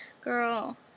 Girl